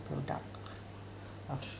product of